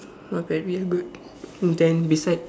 okay real good mm then beside